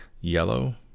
yellow